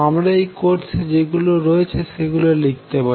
আমরা এই কোর্সে যেগুলি রয়েছে সেগুলি লিখতে পারি